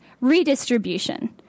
redistribution